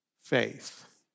faith